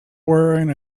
wearing